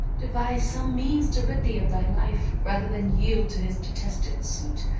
devise some means to rid thee of thy life, rather than yield to his detested suit,